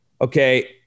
okay